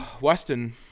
Weston